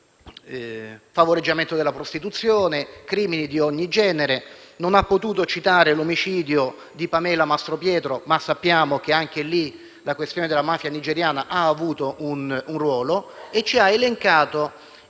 al favoreggiamento della prostituzione, a crimini di ogni genere (non ha potuto citare l'omicidio di Pamela Mastropietro, ma sappiamo che anche in quel caso la mafia nigeriana ha avuto un ruolo) e ci ha elencato